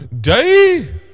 Day